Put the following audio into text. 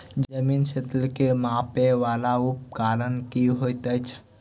जमीन क्षेत्र केँ मापय वला उपकरण की होइत अछि?